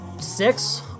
Six